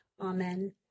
Amen